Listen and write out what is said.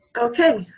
okay,